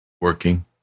working